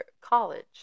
college